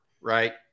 right